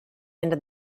into